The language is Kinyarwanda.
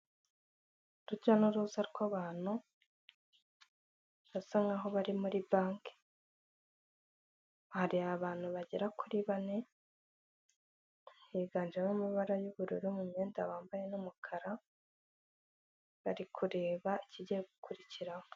Urujya n'uruza rw'abantu basa nk'aho bari muri banki, hari abantu bagera kuri bane, higanjemo amabara y'ubururu mu myenda bambaye n'umukara bari kureba ikigiye gukurikiraho.